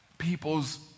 people's